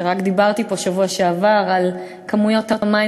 רק בשבוע שעבר דיברתי פה על כמויות המים